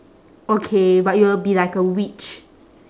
okay but you will be like a witch